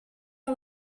que